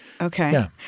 Okay